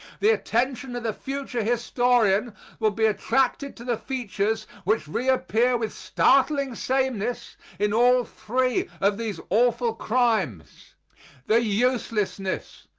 the attention of the future historian will be attracted to the features which reappear with startling sameness in all three of these awful crimes the uselessness,